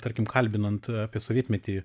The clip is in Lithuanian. tarkim kalbinant apie sovietmetį